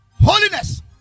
Holiness